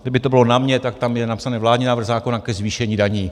Kdyby to bylo na mně, tak tam je napsán vládní návrh zákona ke zvýšení daní.